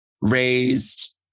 raised